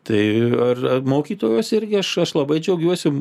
tai ir mokytojos irgi aš labai džiaugiuosi